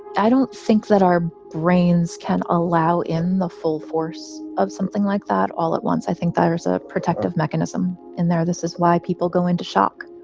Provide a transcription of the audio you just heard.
i don't think that our brains can allow in the full force of something like that all at once. i think there's a protective mechanism in there. this is why people go into shock.